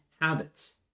habits